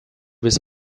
was